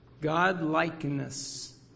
God-likeness